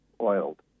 oiled